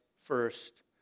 first